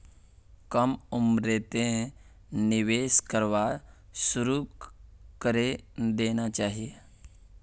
कम उम्रतें निवेश करवा शुरू करे देना चहिए